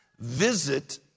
visit